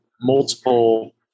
multiple